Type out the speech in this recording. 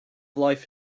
life